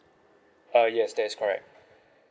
uh yes that is correct